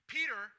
Peter